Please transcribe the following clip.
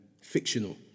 Fictional